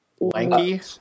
lanky